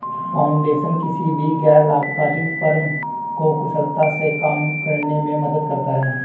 foundation किसी भी गैर लाभकारी फर्म को कुशलता से काम करने में मदद करता हैं